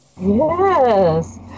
Yes